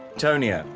tonia.